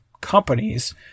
companies